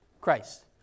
Christ